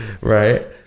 Right